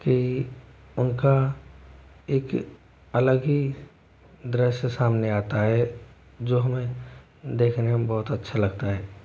कि उनका एक अलग ही दृश्य सामने आता है जो हमें देखने में बहुत अच्छा लगता है